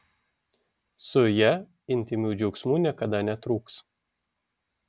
su ja intymių džiaugsmų niekada netruks